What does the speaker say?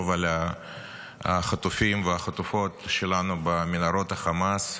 על החטופים והחטופות שלנו במנהרות החמאס.